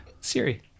Siri